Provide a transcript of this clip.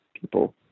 people